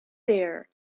there